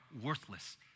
worthless